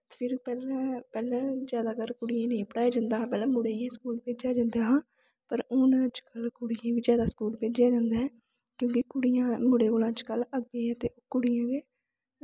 फिर पैह्लें जे ते अगर कुड़ियें गी नेईं पढ़ाया जंदा हा पैह्लें मुड़े गी गै स्कूल भेजेआ जंदा हा पर हून अजकल्ल कुड़ियें गी बी जादा स्कूल भेजेआ जंदा ऐ क्योंकि कुड़ियां अजकल्ल मुड़ें कोला अग्गें ऐं ते कुड़ियां गै